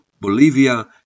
Bolivia